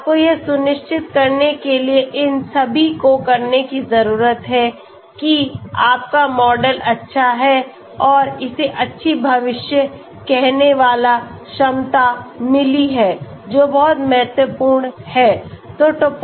तो आपको यह सुनिश्चित करने के लिए इन सभी को करने की ज़रूरत है कि आपका मॉडल अच्छा है और इसे अच्छी भविष्य कहने वाला क्षमता मिली है जो बहुत महत्वपूर्ण है